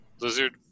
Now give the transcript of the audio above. lizard